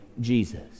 Jesus